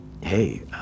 Hey